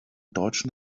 deutschen